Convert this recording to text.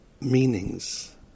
meanings